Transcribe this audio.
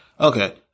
okay